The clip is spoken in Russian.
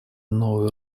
новой